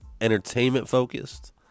entertainment-focused